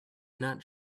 not